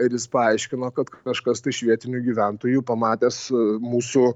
ir jis paaiškino kažkas tai iš vietinių gyventojų pamatęs mūsų